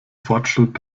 fortschritt